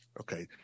okay